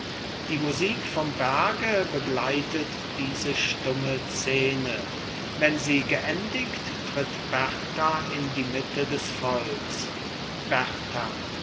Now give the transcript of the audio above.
die musik vom berge begleitet diese stumme szene wenn sie geendigt tritt berta in die mitte des volks